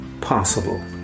possible